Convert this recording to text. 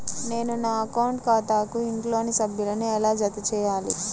నేను నా అకౌంట్ ఖాతాకు ఇంట్లోని సభ్యులను ఎలా జతచేయాలి?